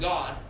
God